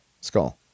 Skull